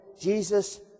Jesus